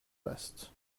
است